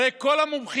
הרי כל המומחים,